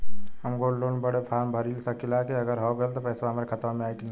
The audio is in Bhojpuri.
हम गोल्ड लोन बड़े फार्म भर सकी ला का अगर हो गैल त पेसवा हमरे खतवा में आई ना?